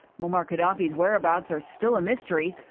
moammar gadhafi's whereabouts are still a mystery,